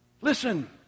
Listen